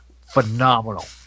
phenomenal